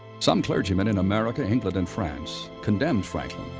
some clergymen in america, england, and france condemned franklin,